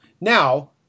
Now